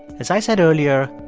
as i said earlier,